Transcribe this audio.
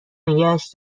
نگهش